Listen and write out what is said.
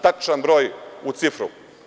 Tačan broj u cifru.